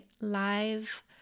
live